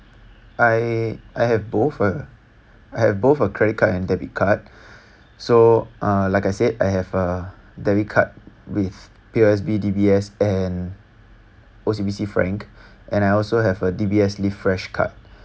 I I have both uh I have both a credit card and debit card so uh like I said I have a debit card with P_O_S_B D_B_S and O_C_B_C frank and I also have a D_B_S live fresh card